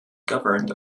governed